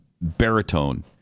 baritone